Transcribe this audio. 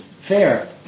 fair